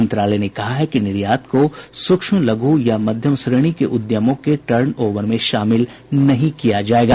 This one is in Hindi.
मंत्रालय ने कहा है कि निर्यात को सूक्ष्म लघु या मध्यम श्रेणी के उद्यमों के टर्नओवर में शामिल नहीं किया जाएगा